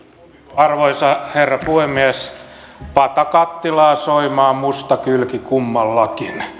arvoisa herra puhemies pata kattilaa soimaa musta kylki kummallakin